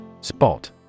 Spot